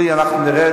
זה תלוי,